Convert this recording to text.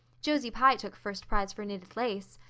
josie pye took first prize for knitted lace.